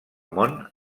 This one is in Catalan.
món